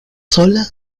sola